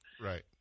Right